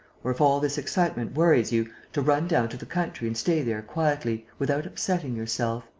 or, if all this excitement worries you, to run down to the country and stay there quietly, without upsetting yourself.